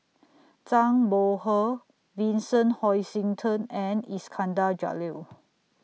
Zhang Bohe Vincent Hoisington and Iskandar Jalil